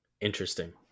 Interesting